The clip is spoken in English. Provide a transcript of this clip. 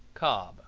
cobb